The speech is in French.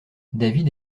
david